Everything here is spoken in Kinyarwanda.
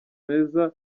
meza